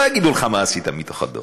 לא יגידו לך מה עשית מתוך הדוח.